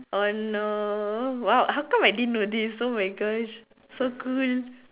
on no !wow! how come I didn't know this oh my Gosh so cool